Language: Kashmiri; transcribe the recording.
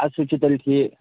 اَدٕ سُہ چھُ تیٚلہِ ٹھیٖک